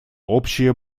общее